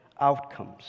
outcomes